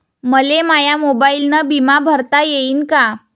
मले माया मोबाईलनं बिमा भरता येईन का?